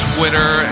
Twitter